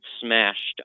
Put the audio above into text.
smashed